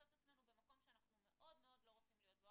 את עצמנו במקום שאנחנו מאוד מאוד לא רוצים להיות בו.